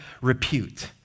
repute